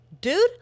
dude